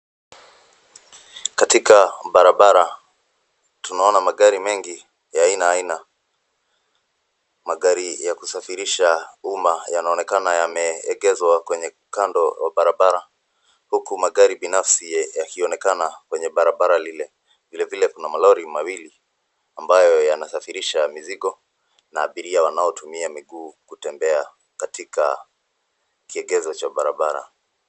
Katika barabara tunaona magari mengi ya aina aina. Magari ya kusafirisha umma yanaonekana yameegezwa kwenya kando wa barabara huku magari binafsi yakionekana kwenye barabara lile. Vile vile kuna malori mawili ambayo yanasafirisha mizigo na abiria wanaotumia miguu kutembea katika kiegezo cha barabara.